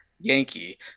yankee